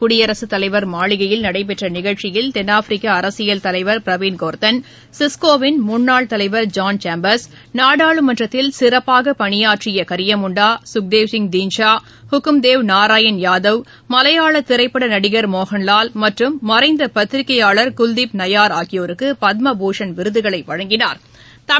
குடியரசுத் தலைவர் மாளிகையில் நடைபெற்ற நிகழ்ச்சியில் தென் ஆப்பிரிக்க அரசியல் தலைவர் பிரவீன் கோர்தன் சிஸ்கோவின் முன்னாள் தலைவர் ஜான் சேம்பாஸ் நாடாளுமன்றத்தில் சிறப்பாக பணியாற்றிய கியமுண்டா சுக்தேவ் சிங் தின்ஷா ஹுக்கும்தேவ் நாரயண் யாதவ் மலையாள திரைப்பட நடிகர் மோகன்லால் மற்றும் மறைந்த பத்திரிக்கையாளர் குல்தீப் நய்யாா் ஆகியோருக்கு பத்மபூஷன் விருதுகளை வழங்கினாா்